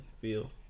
feel